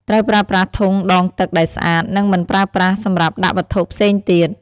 ត្រូវប្រើប្រាស់ធុងដងទឹកដែលស្អាត និងមិនប្រើប្រាស់សម្រាប់ដាក់វត្ថុផ្សេងទៀត។